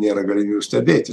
nėra galimybių stebėti